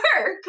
work